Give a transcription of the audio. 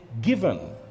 given